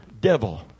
devil